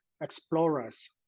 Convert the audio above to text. explorers